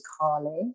Carly